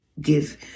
give